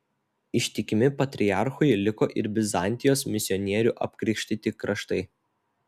ištikimi patriarchui liko ir bizantijos misionierių apkrikštyti kraštai